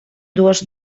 dues